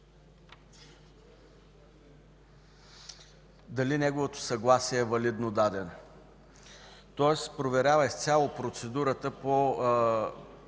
дали неговото съгласие е валидно дадено. Той проверява изцяло процедурата по